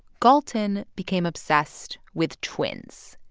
galton became obsessed with twins.